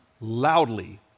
loudly